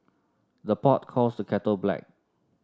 the pot calls the kettle black